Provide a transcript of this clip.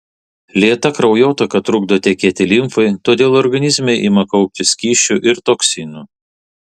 lėta kraujotaka trukdo tekėti limfai todėl organizme ima kauptis skysčių ir toksinų